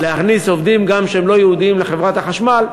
להכניס גם עובדים לא יהודים לחברת החשמל,